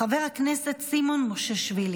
ואיתור נעדר או שבוי,